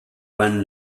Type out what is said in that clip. when